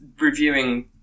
reviewing